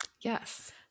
Yes